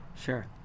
sure